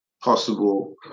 possible